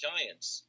Giants